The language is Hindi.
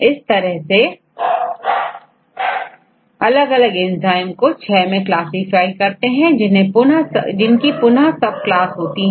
इस तरह एंजाइम्स के 6 टॉप लेवल क्लासिफिकेशन है जिनकी पुनः सब क्लास है